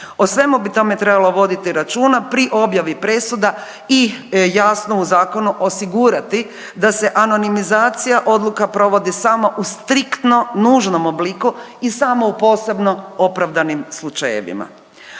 o svemu bi tome trebalo voditi računa pri objavi presuda i jasno u zakonu osigurati da se anonimizacija odluka provodi samo u striktno nužnom obliku i samo u posebno opravdanim slučajevima.